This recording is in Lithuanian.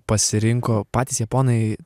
pasirinko patys japonai